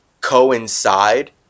coincide